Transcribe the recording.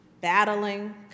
battling